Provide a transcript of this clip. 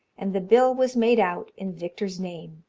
and the bill was made out in victor's name.